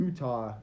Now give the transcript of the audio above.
Utah